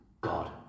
God